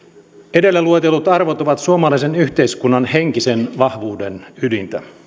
edellä luetellut arvot ovat suomalaisen yhteiskunnan henkisen vahvuuden ydintä